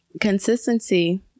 Consistency